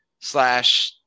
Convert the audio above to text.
slash